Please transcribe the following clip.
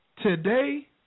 Today